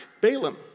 Balaam